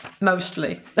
Mostly